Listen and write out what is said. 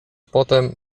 potem